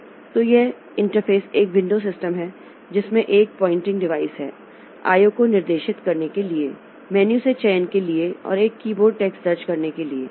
तो यह इंटरफ़ेस एक विंडो सिस्टम है जिसमें एक पॉइंटिंग डिवाइस है I O को निर्देशित करने के लिए मेनू से चयन के लिए और एक कीबोर्ड टेक्स्ट दर्ज करने के लिए